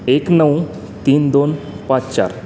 एक नऊ तीन दोन पाच चार